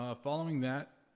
ah following that,